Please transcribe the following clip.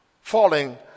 falling